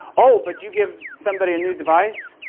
oh, but you give somebody a new device,